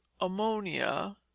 ammonia